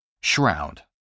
Shroud